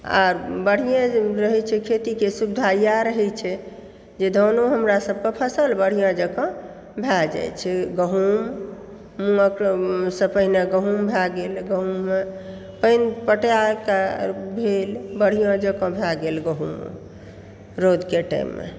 आ बढ़िआँ जे रहैत छै खेतीके सुविधा इएह रहैत छै जे धानो हमरा सभकऽ फसल बढिआँ जेकाँ भए जायत छै गहुँम मूँगसँ पहिने गहुँम भए गेल गहुँममे पानि पटायकऽ भेल बढिआँ जेकाँ भए गेल गहुँम रौदके टाइममऽ